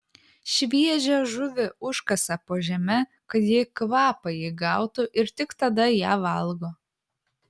šviežią žuvį užkasa po žeme kad ji kvapą įgautų ir tik tada ją valgo